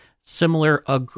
similar